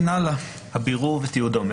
"סעיף 109ד הבירור ותיעודו.